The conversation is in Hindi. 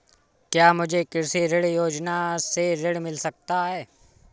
क्या मुझे कृषि ऋण योजना से ऋण मिल सकता है?